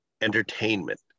entertainment